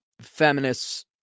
feminists